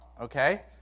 okay